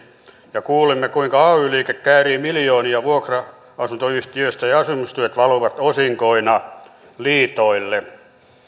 ja kuulimme kuinka ay liike käärii miljoonia vuokra asuntoyhtiöistä ja asumistuet valuvat osinkoina liitoille